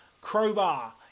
Crowbar